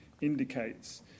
indicates